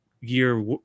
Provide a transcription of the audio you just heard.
year